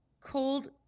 cold